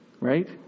Right